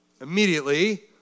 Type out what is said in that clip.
immediately